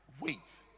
wait